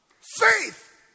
faith